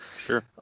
Sure